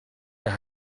that